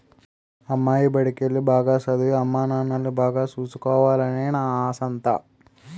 అమ్మాయి బడికెల్లి, బాగా సదవి, అమ్మానాన్నల్ని బాగా సూసుకోవాలనే నా ఆశంతా